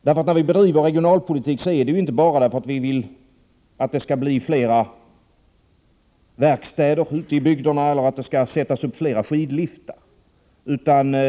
Vi bedriver ju inte regionalpolitik bara därför att vi vill att det skall öppnas flera verkstäder ute i bygderna eller sättas upp flera skidliftar.